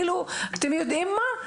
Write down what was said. לדעתי,